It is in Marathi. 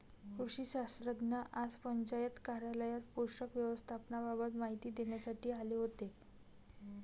कृषी शास्त्रज्ञ आज पंचायत कार्यालयात पोषक व्यवस्थापनाबाबत माहिती देण्यासाठी आले होते